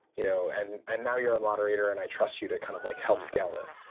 you know and and now, you're a moderator, and i trust you to kind of like help scale this.